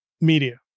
media